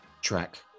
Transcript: track